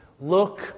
look